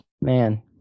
Man